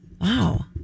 Wow